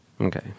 Okay